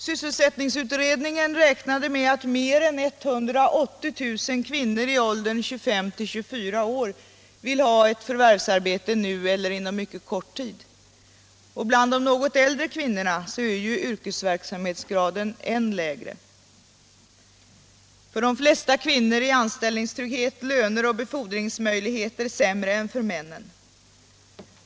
Sysselsättningsutredningen räknade med att mer än 180 000 kvinnor i åldern 25-44 år vill ha förvärvsarbete nu eller inom mycket kort tid. Och bland de något äldre kvinnorna är yrkesverksamheten ännu lägre. För de flesta kvinnor är anställningstrygghet, löner och befordringsmöjligheter sämre än för männen.